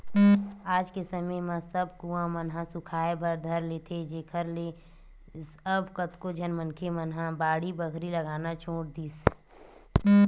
आज के समे म सब कुँआ मन ह सुखाय बर धर लेथे जेखर ले अब कतको झन मनखे मन ह बाड़ी बखरी लगाना छोड़ दिस